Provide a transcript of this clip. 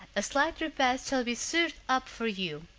a slight repast shall be served up for you,